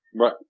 Right